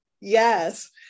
Yes